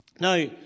Now